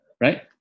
right